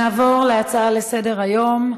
נעבור להצעות לסדר-היום בנושא: